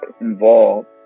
involved